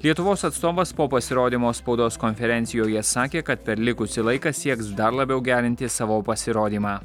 lietuvos atstovas po pasirodymo spaudos konferencijoje sakė kad per likusį laiką sieks dar labiau gerinti savo pasirodymą